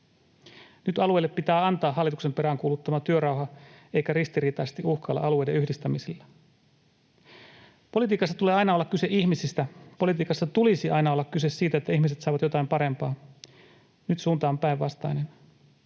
Nyt alueille pitää antaa hallituksen peräänkuuluttama työrauha eikä pidä ristiriitaisesti uhkailla alueiden yhdistämisillä. Politiikassa tulee aina olla kyse ihmisistä. Politiikassa tulisi aina olla kyse siitä, että ihmiset saavat jotain parempaa. Nyt suunta on päinvastainen.